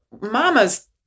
mama's